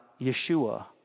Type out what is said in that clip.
Yeshua